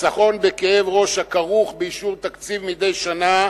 חיסכון בכאב ראש הכרוך באישור תקציב מדי שנה,